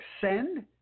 send